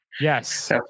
Yes